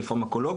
כפרמקולוג